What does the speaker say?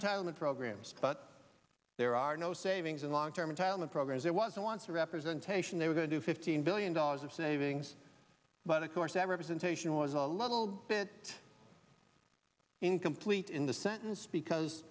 entitlement programs but there are no savings in long term entitlement programs there was once a representation they were going to fifteen billion dollars of savings but of course that representation was a little bit incomplete in the sentence because